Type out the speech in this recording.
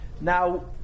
Now